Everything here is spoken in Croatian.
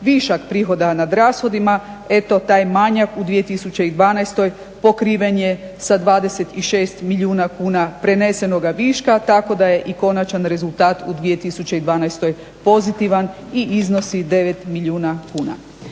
višak prihoda nad rashodima eto taj manjak u 2012.pokriven je sa 26 milijuna kuna prenesenoga viška tako da je i konačan rezultat u 2012.pozitivan i iznosi 9 milijuna kuna.